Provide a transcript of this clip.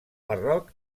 marroc